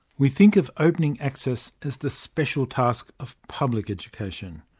we think of opening access as the special task of public education.